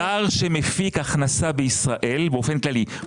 זר שמפיק הכנסה בישראל באופן כללי,